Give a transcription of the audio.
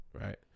right